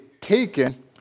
taken